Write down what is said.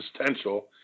existential